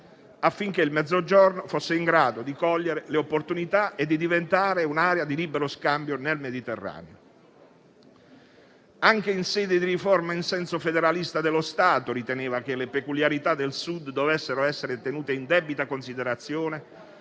affinché il Mezzogiorno fosse in grado di cogliere le opportunità e di diventare un'area di libero scambio nel Mediterraneo. Anche in sede di riforma in senso federalista dello Stato riteneva che le peculiarità del Sud dovessero essere tenute in debita considerazione